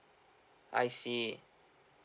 I see